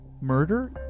Murder